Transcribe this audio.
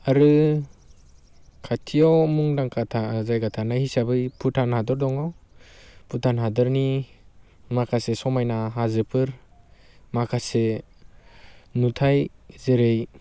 आरो खाथियाव मुंदांखा जायगा थानाय हिसाबै भुटान हादर दङ भुटान हादरनि माखासे समायना हाजोफोर माखासे नुथाय जेरै